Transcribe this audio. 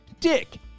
Dick